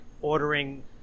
ordering